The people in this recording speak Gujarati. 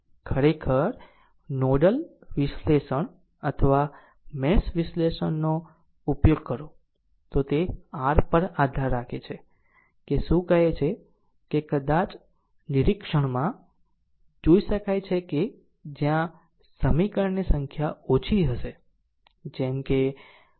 ખરેખર નોડલ વિશ્લેષણ અથવા મેશ વિશ્લેષણનો ઉપયોગ કરો તે r પર આધાર રાખે છે કે શું કહે છે કે કદાચ નિરીક્ષણમાં જોઈ શકાય છે કે જ્યાં સમીકરણની સંખ્યા ઓછી હશે જેમ કે સ્પર્ધા ઓછું હશે